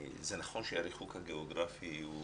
זה נכון שהריחוק הגיאוגרפי הוא